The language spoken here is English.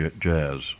jazz